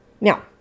Now